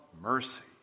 mercy